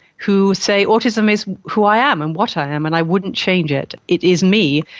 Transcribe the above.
who say, autism is who i am and what i am and i wouldn't change it. it is me.